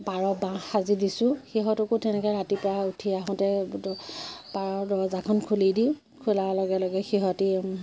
পাৰ বাঁহ সাজি দিছোঁ সিহঁতকো তেনেকৈ ৰাতিপুৱা উঠি আহোঁতে পাৰৰ দৰজাখন খুলি দিওঁ খোলাৰ লগে লগে সিহঁতে